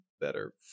better